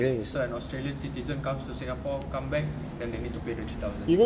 so an australian citizen comes to singapore comeback then they need to pay the three thousand